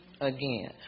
again